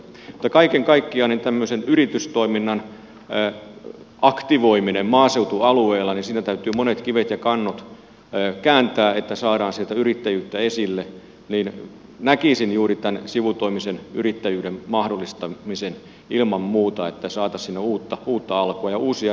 mutta kun kaiken kaikkiaan tämmöisen yritystoiminnan aktivoimisessa maaseutualueella täytyy monet kivet ja kannot kääntää että saadaan sieltä yrittäjyyttä esille niin näkisin juuri tämän sivutoimisen yrittäjyyden mahdollistamisen ilman muuta että saataisiin sinne uutta alkua ja uusia startupeja